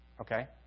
Okay